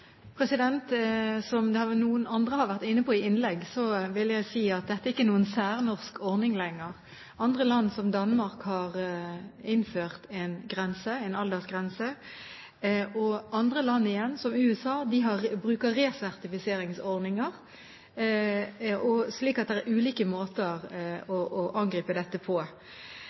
Som noen andre har vært inne på i innlegg, vil jeg si at dette ikke er noen særnorsk ordning lenger. Noen land, som Danmark, har innført en aldersgrense, og andre land igjen, som USA, bruker resertifiseringsordninger, slik at det er ulike måter å angripe dette på.